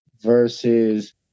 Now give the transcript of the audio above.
versus